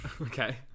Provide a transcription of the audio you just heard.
Okay